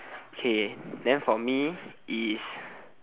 okay then for me is